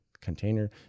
container